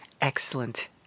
excellent